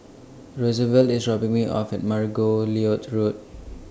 Rosevelt IS dropping Me off At Margoliouth Road